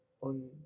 on